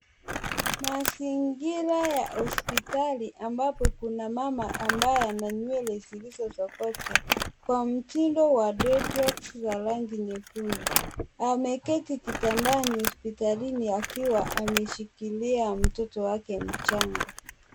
Mazingira ya hospitali ambapo kuna mama ambaye ana nywele zilizo sokotwa, kwa mtindo dreadlocks za rangi nyekundu, ameketi kitandani hospitalini akiwa ameshikilia mtoto wake mchanga.